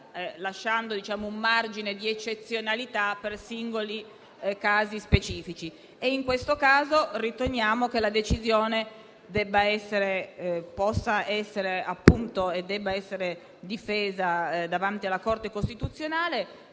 lasciando un margine di eccezionalità per singoli casi specifici. In questo caso riteniamo che la decisione possa e debba essere difesa davanti alla Corte costituzionale.